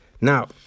Now